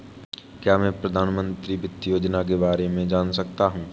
क्या मैं प्रधानमंत्री वित्त योजना के बारे में जान सकती हूँ?